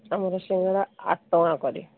ଆମର ସିଙ୍ଗଡ଼ା ଆଠ ଟଙ୍କା କରେ